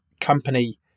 company